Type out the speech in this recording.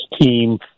team